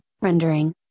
rendering